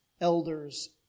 elders